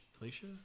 Alicia